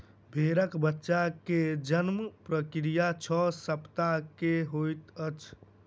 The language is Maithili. भेड़क बच्चा के जन्म प्रक्रिया छह सप्ताह के होइत अछि